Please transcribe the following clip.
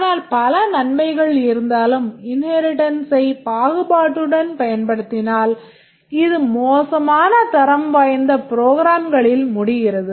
ஆனால் பல நன்மைகள் இருந்தாலும் inheritance ஐப் பாகுபாட்டுடன் பயன் படுத்தினால் இது மோசமான தரம் வாய்ந்த programகளில் முடிகிறது